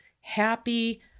happy